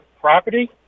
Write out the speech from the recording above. property